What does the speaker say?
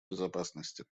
безопасности